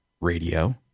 radio